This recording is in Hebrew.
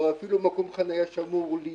או אפילו במקום חניה השמור לי